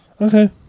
Okay